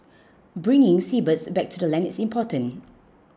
bringing seabirds back to the land is important